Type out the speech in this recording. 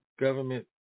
government